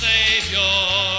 Savior